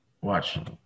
Watch